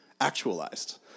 actualized